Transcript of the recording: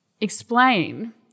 explain